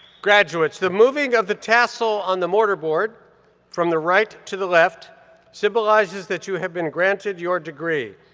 graduates, the moving of the tassel on the mortar board from the right to the left symbolizes that you have been granted your degree.